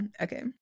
okay